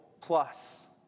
plus